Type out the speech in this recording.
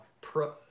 pro